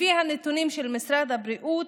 לפי הנתונים של משרד הבריאות,